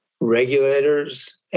regulators